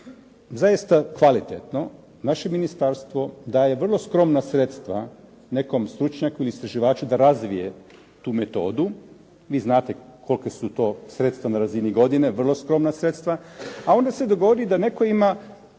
zaista kvalitetno naše ministarstvo daje vrlo skromna sredstva nekom stručnjaku ili istraživaču da razvije tu metodu. Vi znate kolika su ta sredstva na razini godine, vrlo skromna sredstva. A onda se dogodi da netko ima